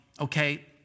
okay